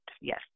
Yes